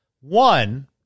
one